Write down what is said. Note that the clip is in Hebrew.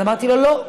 אז אמרתי לו: לא,